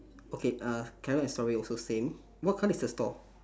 okay uh carrot and strawberry also same what colour is the store